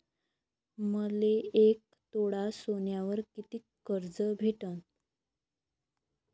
मले एक तोळा सोन्यावर कितीक कर्ज भेटन?